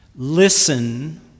Listen